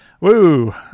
Woo